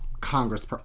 Congress